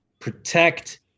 protect